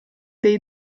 dei